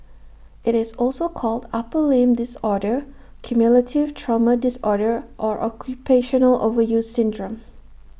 IT is also called upper limb disorder cumulative trauma disorder or occupational overuse syndrome